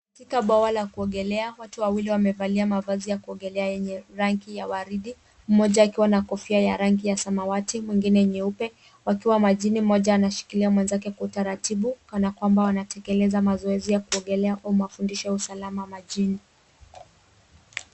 Katika bwawa la kuogelea, watu wawili wamevalia mavazi ya kuogelea yenye rangi ya waridi, mmoja akiwa na kofia ya rangi ya samawati, mwingine nyeupe, wakiwa majini mmoja anashikilia mwingine kwa utaratibu, kana kwamba wanatekeleza mazoezi ya kuogelea, au mafundisho ya usalama majini.